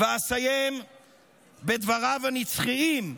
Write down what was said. ואסיים בדבריו הנצחיים,